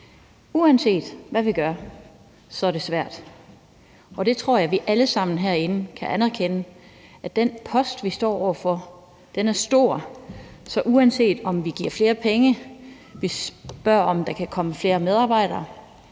Uanset hvad vi gør, er det svært, og det tror jeg vi alle sammen herinde kan anerkende, altså at den post, vi står over for, er stor. Så uanset om vi giver flere penge, om vi spørger, om der kan komme flere medarbejdere,